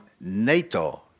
NATO